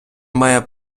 має